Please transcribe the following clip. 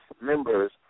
members